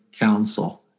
Council